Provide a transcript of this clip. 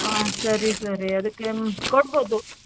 ಆಂ ಸರಿ ಸರಿ ಅದಕ್ಕೆ ಕೊಡ್ಬೌದು